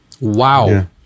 Wow